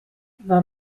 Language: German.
war